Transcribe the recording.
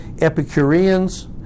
Epicureans